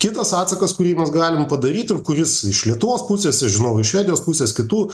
kitas atsakas kurį mes galim padaryt ir kuris iš lietuvos pusės aš žinau iš švedijos pusės kitų